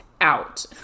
out